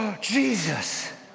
Jesus